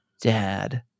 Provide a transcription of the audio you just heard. dad